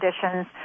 conditions